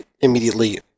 immediately